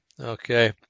Okay